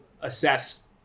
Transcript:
assess